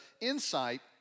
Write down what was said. insight